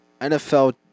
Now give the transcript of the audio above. NFL